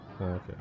okay